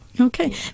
Okay